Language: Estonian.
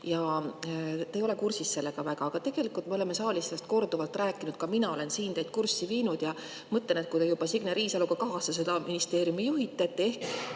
ja te ei ole sellega väga kursis, aga tegelikult me oleme saalis sellest korduvalt rääkinud, ka mina olen siin teid kurssi viinud. Mõtlen, et kui te juba Signe Riisaloga kahasse seda ministeeriumi juhite,